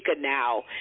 now